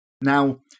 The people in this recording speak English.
now